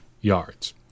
yards